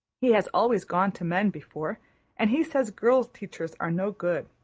he has always gone to men before and he says girl teachers are no good.